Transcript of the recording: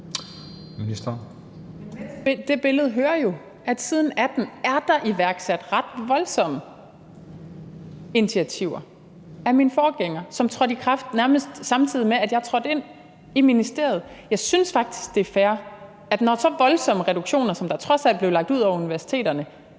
det billede hører jo, at siden 2018 er der af min forgænger iværksat ret voldsomme initiativer, som trådte i kraft nærmest samtidig med, at jeg trådte ind i ministeriet. Jeg synes faktisk, at det er fair, når det er så voldsomme reduktioner, som der trods alt blev lagt ud over universiteterne,